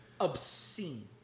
obscene